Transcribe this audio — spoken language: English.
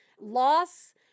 loss